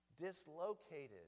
dislocated